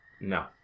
No